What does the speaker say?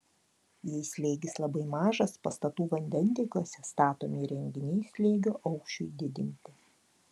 jei slėgis labai mažas pastatų vandentiekiuose statomi įrenginiai slėgio aukščiui didinti